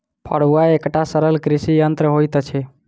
फड़ुआ एकटा सरल कृषि यंत्र होइत अछि